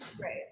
right